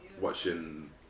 watching